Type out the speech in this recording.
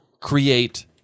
create